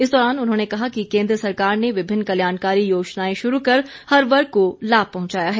इस दौरान उन्होंने कहा कि केन्द्र सरकार ने विभिन्न कल्याणकारी योजनाए शुरू कर हर वर्ग को लाभ पहंचाया है